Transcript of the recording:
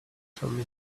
from